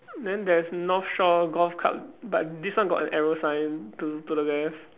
then there's north shore golf club but this one got an arrow to to the left